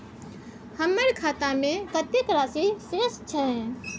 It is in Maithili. हमर खाता में कतेक राशि शेस छै?